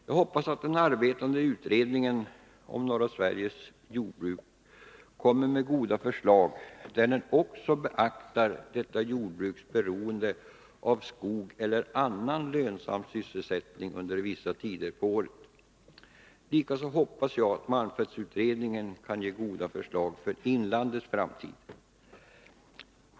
Jag hoppas att den arbetande utredningen om norra Sveriges jordbruk kommer med goda förslag, där den också beaktar detta jordbruks beroende av skog eller annan lönsam sysselsättning under vissa tider på året. Likaså hoppas jag att malmfältsutredningen kan ge goda förslag för inlandets framtid.